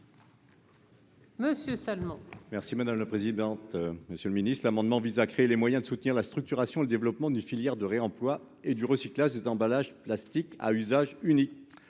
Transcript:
Monsieur Salmon.